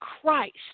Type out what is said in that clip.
Christ